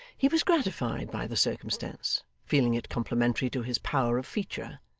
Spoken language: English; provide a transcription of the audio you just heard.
he was gratified by the circumstance, feeling it complimentary to his power of feature,